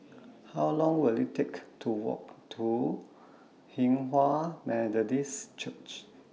How Long Will IT Take to Walk to Hinghwa Methodist Church